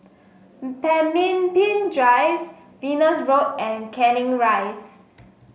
Pemimpin Drive Venus Road and Canning Rise